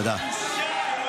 בושה.